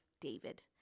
David